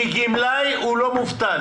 כי גמלאי הוא לא מובטל.